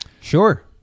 Sure